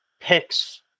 picks